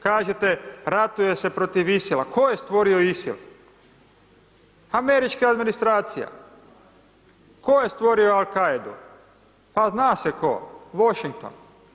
Kažete ratuje se proti ISIL-a, tko je stvori ISIL, američka administracija, tko je stvori Al-Kaidu, pa zna se tko, Washington.